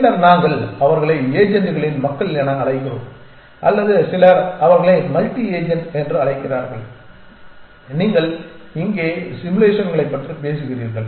பின்னர் நாங்கள் அவர்களை ஏஜெண்டுகளின் மக்கள் என அழைக்கிறோம் அல்லது சிலர் அவர்களை மல்டி ஏஜண்ட் என்று அழைக்கிறார்கள் நீங்கள் இங்கே சிமுலேஷன்களைப் பற்றி பேசுகிறீர்கள்